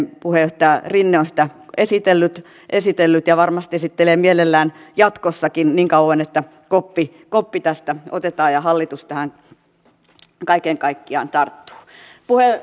puheenjohtaja rinne on sitä esitellyt ja varmasti esittelee mielellään jatkossakin niin kauan että koppi tästä otetaan ja hallitus tähän kaiken kaikkiaan tarttuu